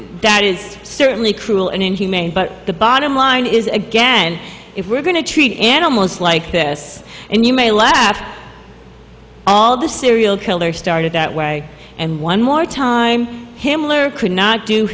that is certainly cruel and inhumane but the bottom line is again if we're going to treat animals like this and you may laugh all the serial killers started that way and one more time himmler could not do